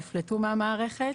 נפלטו מהמערכת,